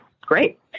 great